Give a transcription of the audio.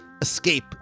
escape